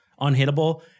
unhittable